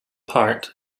part